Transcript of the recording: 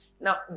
Now